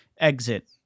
exit